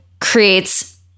creates